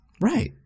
Right